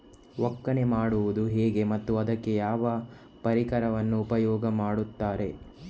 ಒಕ್ಕಣೆ ಮಾಡುವುದು ಹೇಗೆ ಮತ್ತು ಅದಕ್ಕೆ ಯಾವ ಪರಿಕರವನ್ನು ಉಪಯೋಗ ಮಾಡುತ್ತಾರೆ?